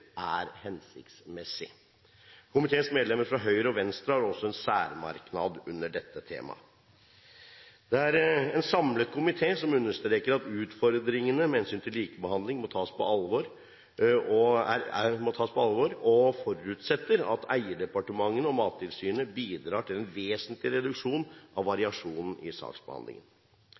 er hensiktsmessig. Komiteens medlemmer fra Høyre og Venstre har også en særmerknad under dette tema. Det er en samlet komité som understreker at utfordringene med hensyn til likebehandling må tas på alvor, og forutsetter at eierdepartementene og Mattilsynet bidrar til en vesentlig reduksjon av variasjonen i saksbehandlingen.